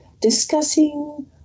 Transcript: discussing